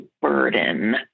burden